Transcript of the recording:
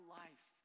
life